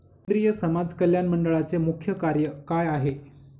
केंद्रिय समाज कल्याण मंडळाचे मुख्य कार्य काय आहे?